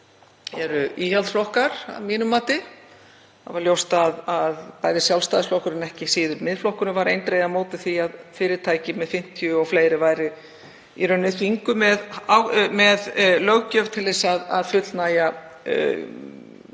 sem eru íhaldsflokkar að mínu mati. Það var ljóst að bæði Sjálfstæðisflokkurinn en ekki síður Miðflokkurinn voru eindregið á móti því að fyrirtæki með 50 og fleiri væru í rauninni þvinguð með löggjöf til þess að fullnægja